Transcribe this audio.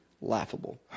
laughable